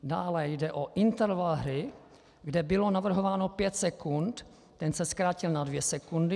Dále jde o interval hry, kde bylo navrhováno pět sekund, ten se zkrátil na dvě sekundy.